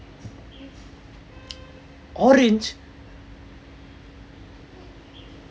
orange